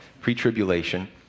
pre-tribulation